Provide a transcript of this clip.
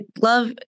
love